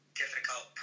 difficult